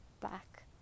back